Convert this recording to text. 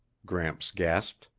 gramps gasped.